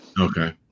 Okay